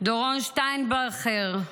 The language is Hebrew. דורון שטיינברכר,